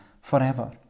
forever